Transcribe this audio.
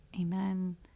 Amen